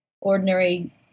ordinary